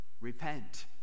Repent